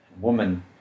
woman